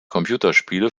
computerspiele